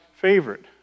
Favorite